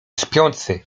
śpiący